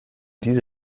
diese